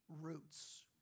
roots